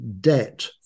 debt